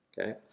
Okay